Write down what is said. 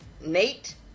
Nate